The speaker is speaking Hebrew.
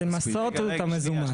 על למסות את המזומן.